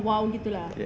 yes